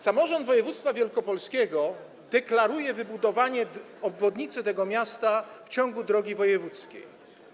Samorząd województwa wielkopolskiego deklaruje wybudowanie obwodnicy tego miasta w ciągu drogi wojewódzkiej.